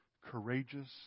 courageous